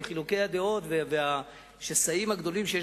עם חילוקי הדעות והשסעים הגדולים שיש